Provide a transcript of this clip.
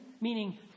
meaning